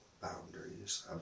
boundaries